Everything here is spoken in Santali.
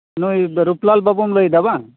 ᱱᱩᱭ ᱨᱩᱯᱞᱟᱞ ᱵᱟ ᱵᱩᱢ ᱞᱟᱹᱭᱫᱟ ᱵᱟᱝ